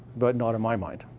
but not in my mind.